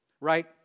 right